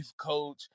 coach